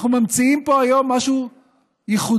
אנחנו ממציאים פה היום משהו ייחודי